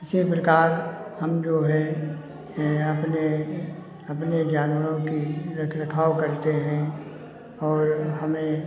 इसी प्रकार हम जो हैं एं अपने अपने जानवरों की रख रखाव करते हैं और हमें